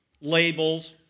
labels